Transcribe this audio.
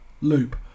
Loop